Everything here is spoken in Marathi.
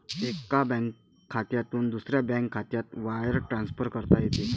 एका बँक खात्यातून दुसऱ्या बँक खात्यात वायर ट्रान्सफर करता येते